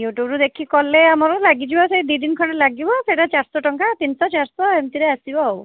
ୟୁଟ୍ୟୁବରୁ ଦେଖିକି କଲେ ଆମର ଲାଗି ଯିବ ସେଇ ଦୁଇ ଦିନ ଖଣ୍ଡେ ଲାଗିବ ସେଇଟା ଚାରି ଶହ ଟଙ୍କା ତିନି ଶହ ଚାରି ଶହ ଏମିତିରେ ଆସିବ ଆଉ